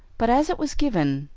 but as it was given,